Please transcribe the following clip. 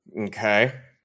Okay